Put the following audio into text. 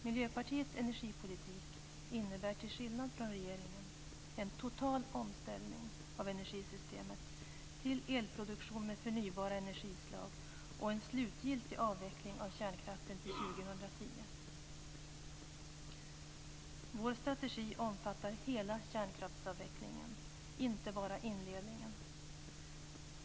Miljöpartiets energipolitik innebär till skillnad från regeringens en total omställning av energisystemen till elproduktion med förnybara energislag och en slutgiltig avveckling av kärnkraften till 2010. Vår strategi omfattar hela kärnkraftsavvecklingen, inte bara inledningen.